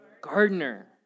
gardener